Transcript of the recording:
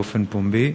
באופן פומבי.